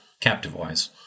captive-wise